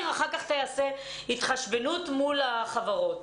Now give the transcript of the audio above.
ואחר כך תיעשה התחשבנות מול החברות.